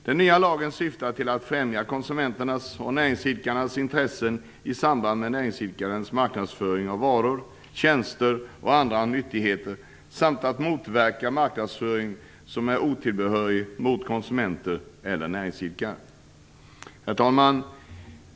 Den nya lagen syftar till att främja konsumenternas och näringsidkarnas intressen i samband med näringsidkarnas marknadsföring av varor, tjänster och andra nyttigheter samt att motverka marknadsföring som är otillbörlig mot konsumenter eller näringsidkare. Herr talman!